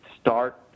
start